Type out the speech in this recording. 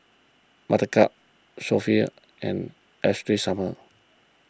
Buttercup Sofia and Ashley Summers